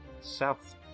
south